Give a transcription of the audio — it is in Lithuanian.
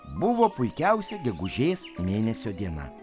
buvo puikiausia gegužės mėnesio diena